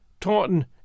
Taunton